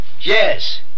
Yes